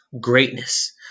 greatness